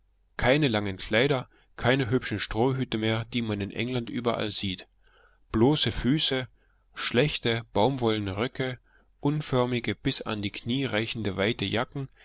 keine langen kleider keine hübschen strohhüte mehr die man in england überall sieht bloße füße schlechte baumwollene röcke unförmige bis an die knie reichende weite jacken